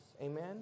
Amen